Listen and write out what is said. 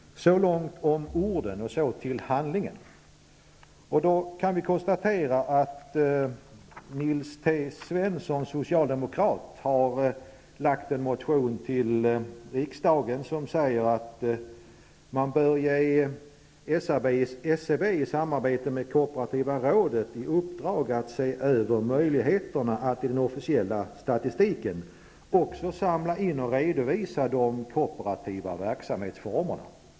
Så långt om orden, så till handlingen. Vi kan konstatera att Nils T Svensson, socialdemokrat, har väckt en motion till riksdagen med ett yrkande om att SCB bör få i uppdrag att i samarbete med kooperativa rådet se över möjligheterna att i den officiella statistiken också samlat in och redovisa de kooperativa verksamhetsformerna.